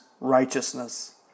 righteousness